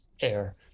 air